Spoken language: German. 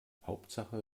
hauptsache